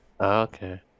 Okay